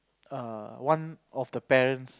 err one of the parents